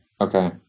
Okay